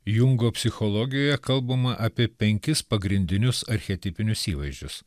jungo psichologijoje kalbama apie penkis pagrindinius archetipinius įvaizdžius